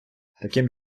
таким